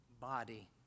body